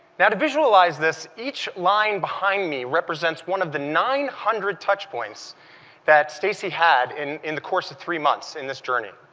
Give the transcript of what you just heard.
visualize this, each line behind me represents one of the nine hundred touchpoints that stacy had in in the course of three months in this journey.